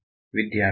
ವಿದ್ಯಾರ್ಥಿ